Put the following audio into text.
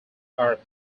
are